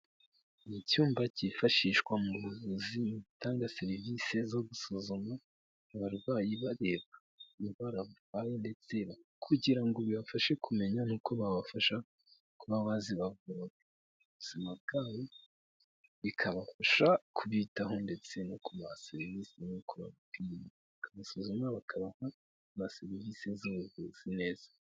Mu cyumba cyifashishwa mu buvuzi batanga serivisi zo gusuzuma abarwayi bareba indwara barwaye ndetse kugira ngo bibafashe kumenya n'uko babafasha kuba bazibavura. Mu buzima bwabo bikabafasha kubitaho ndetse no kubaha serivisi ikora, bakanasuzuma bakabaha na serivisi z'ubuvuzi neza.